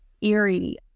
eerie